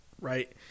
right